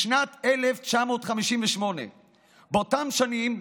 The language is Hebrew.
בשנת 1958. באותן שנים,